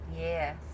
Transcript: Yes